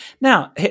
Now